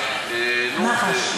מח"ש.